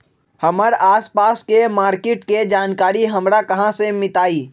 हमर आसपास के मार्किट के जानकारी हमरा कहाँ से मिताई?